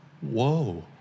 Whoa